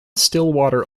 stillwater